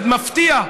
זה מפתיע,